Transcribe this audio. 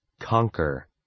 Conquer